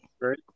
great